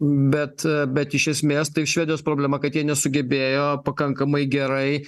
bet bet iš esmės tai švedijos problema kad jie nesugebėjo pakankamai gerai